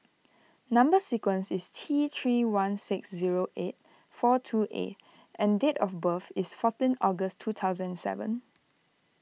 Number Sequence is T three one six zero eight four two A and date of birth is fourteen August two thousand seven